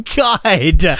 god